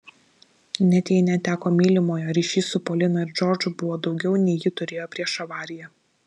net jei neteko mylimojo ryšys su polina ir džordžu buvo daugiau nei ji turėjo prieš avariją